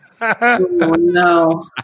No